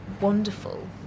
wonderful